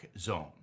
zone